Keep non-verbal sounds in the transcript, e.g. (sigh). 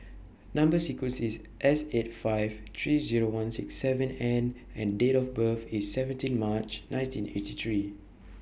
Number sequence IS S eight five three Zero one six seven N and Date of birth IS seventeen (noise) March nineteen eighty three